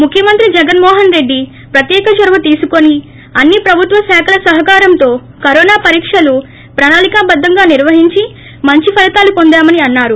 ముఖ్యమంత్రి జగన్ మోహన్ రెడ్డి ప్రత్యేక చొరవ తీసికొని అన్పిప్రభుత్వ శాఖల సహకారంతో కరోనా పరీక్షలు ప్రణాళికా బద్దంగా నిర్వహించి మంచి ఫలితాలు పొందామని అన్నారు